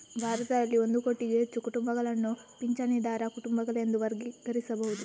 ಭಾರತದಲ್ಲಿ ಒಂದು ಕೋಟಿಗೂ ಹೆಚ್ಚು ಕುಟುಂಬಗಳನ್ನು ಪಿಂಚಣಿದಾರ ಕುಟುಂಬಗಳೆಂದು ವರ್ಗೀಕರಿಸಬಹುದು